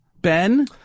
Ben